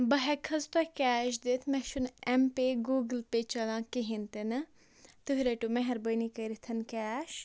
بہٕ ہٮ۪کہٕ حظ تۄہہِ کیش دِتھ مےٚ چھُنہٕ ایم پے گوٗگُل پے چلان کِہیٖنۍ تہِ نہٕ تُہۍ رٔٹِو مہربٲنی کٔرِتھ کیش